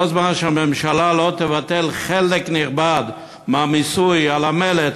כל זמן שהממשלה לא תבטל חלק נכבד מהמיסוי של המלט,